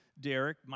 Derek